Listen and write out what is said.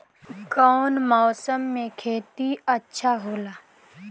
कौन मौसम मे खेती अच्छा होला?